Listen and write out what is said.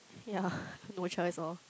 yeah no choice lor